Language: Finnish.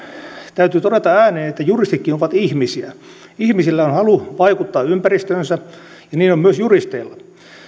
täytyy todeta ääneen että juristitkin ovat ihmisiä ihmisillä on halu vaikuttaa ympäristöönsä ja niin on myös juristeilla